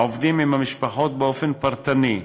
העובדים עם המשפחות באופן פרטני,